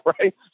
Right